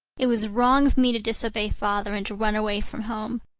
it was wrong of me to disobey father and to run away from home.